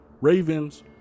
ravens